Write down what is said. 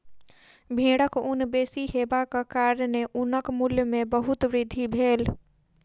भेड़क ऊन बेसी हेबाक कारणेँ ऊनक मूल्य में बहुत वृद्धि भेल